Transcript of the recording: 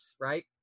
right